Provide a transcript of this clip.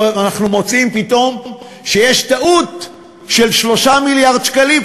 ואנחנו מוצאים פתאום שיש טעות של 3 מיליארד שקלים,